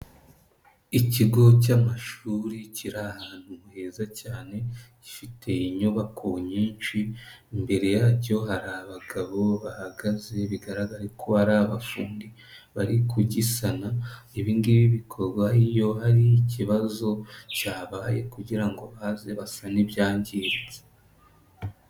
Ikigo cy'amashuri kiri ahantu heza cyane gifite inyubako nyinshi, imbere yacyo hari abagabo bahagaze bigaragare ko ari abafundi bari kugisana, ibi ngibi bikorwa iyo hari ikibazo cyabaye kugira ngo baze basane ibyangiritse.